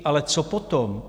Ale co potom?